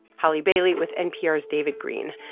holly bailey with npr's david greene.